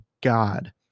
God